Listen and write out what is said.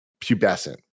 pubescent